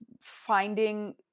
finding